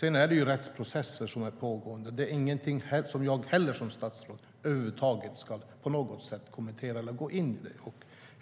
Detta är rättsprocesser som är pågående, och det är inte heller någonting som jag som statsråd över huvud taget på något sätt ska kommentera eller gå in